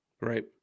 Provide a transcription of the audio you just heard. Right